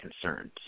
concerns